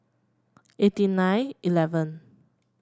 eighty nine eleven